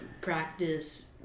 practice